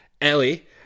Ellie